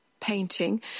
painting